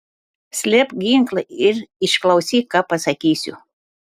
slėpk ginklą ir išklausyk ką pasakysiu